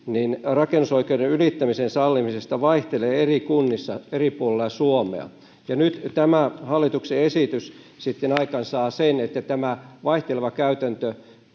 rakennusoikeuden ylittämisen sallimisesta vaihtelee eri kunnissa eri puolilla suomea ja nyt tämä hallituksen esitys sitten aikaansaa sen että tämä vaihteleva käytäntö